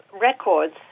records